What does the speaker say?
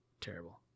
Terrible